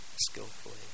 skillfully